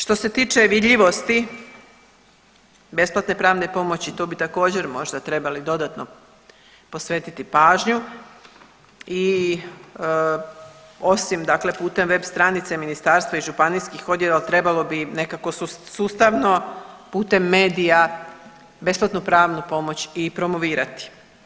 Što se tiče vidljivosti besplatne pravne pomoći tu bi također možda trebali dodatno posvetiti pažnju i osim dakle putem web stranice i ministarstva i županijskih odjela trebalo bi im nekako sustavno putem medija besplatnu pravnu pomoć i promovirati.